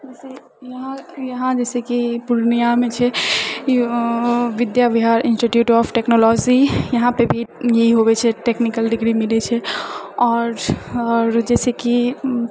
जैसे यहाँ यहाँ जैसे कि पूर्णियामे छै Vidya Bihar institute of technology यहाँ पे भी ई होवै छै टेक्निकल डिग्री मिलैत छै आर आओर जैसे कि